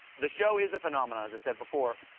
the show is a phenomenon, as i said before.